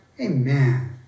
Amen